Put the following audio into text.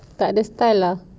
takde style ah